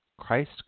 Christ